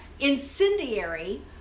incendiary